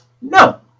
No